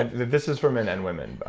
and this is for men and women,